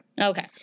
Okay